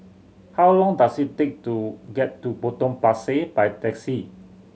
how long does it take to get to Potong Pasir by taxi